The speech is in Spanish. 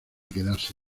quedarse